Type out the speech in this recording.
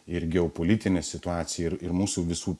ir geopolitinę situaciją ir ir mūsų visų